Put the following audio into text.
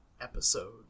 episode